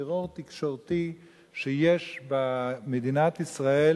טרור תקשורתי שיש במדינת ישראל